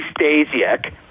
Stasiak